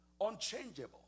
unchangeable